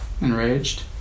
Enraged